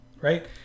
Right